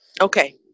Okay